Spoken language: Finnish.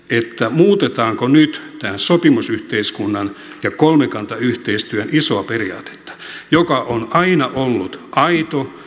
muutetaanko nyt tämän sopimusyhteiskunnan ja kolmikantayhteistyön isoa periaatetta joka on aina ollut aito